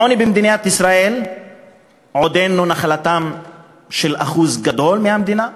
העוני במדינת ישראל עודנו נחלתם של אחוז גדול מהמדינה,